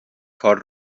کار